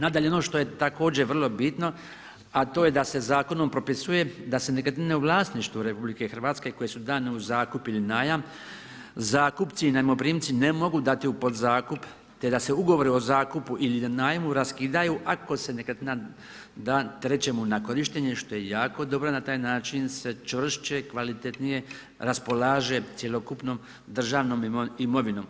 Nadalje, ono što je također vrlo bitno, a to je da se zakonom propisuje da se nekretnine u vlasništvu RH koje su dane u zakup ili najam, i najmoprimci ne mogu dati u podzakup te da se ugovori o zakupu ili najmu raskidaju ako se nekretnina da trećemu na korištenje što jako dobro, na taj način se čvršće, kvalitetnije raspolaže cjelokupnom državnom imovinom.